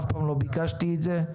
אף פעם לא ביקשתי את זה,